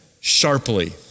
sharply